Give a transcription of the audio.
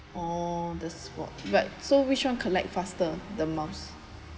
oh the sport but so which one collect faster the miles